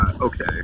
okay